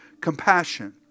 Compassion